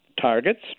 Targets